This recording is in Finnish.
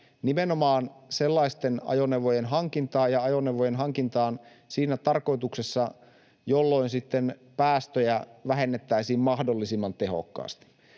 nimenomaan sellaisten ajoneuvojen hankintaan ja ajoneuvojen hankintaan siinä tarkoituksessa, että sitten päästöjä vähennettäisiin mahdollisimman tehokkaasti.